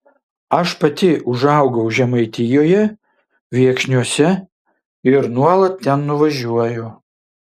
aš pati užaugau žemaitijoje viekšniuose ir nuolat ten nuvažiuoju